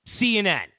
CNN